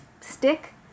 stick